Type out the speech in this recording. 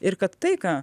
ir kad tai ką